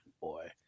boy